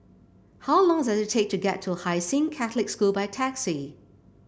how long does it take to get to Hai Sing Catholic School by taxi